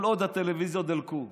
כל עוד הטלוויזיות דלקו.